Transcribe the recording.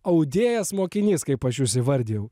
audėjas mokinys kaip aš jus įvardijau